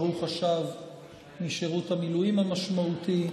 ברוך השב משירות המילואים המשמעותי.